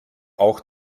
auch